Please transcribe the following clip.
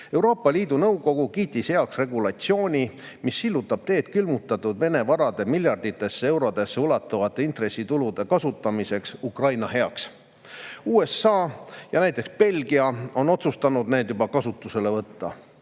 Euroopa Liidu Nõukogu kiitis heaks regulatsiooni, mis sillutab teed Vene külmutatud varade miljarditesse eurodesse ulatuvate intressitulude kasutamiseks Ukraina heaks. USA ja Belgia on otsustanud need juba kasutusele võtta.